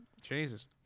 Jesus